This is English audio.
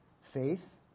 Faith